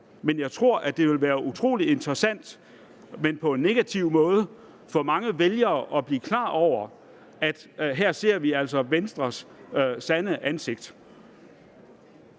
Men jeg tror, at det ville være utrolig interessant, men på en negativ måde, for mange vælgere at blive klar over, at vi her ser Venstres sande ansigt.